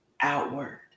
outward